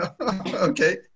Okay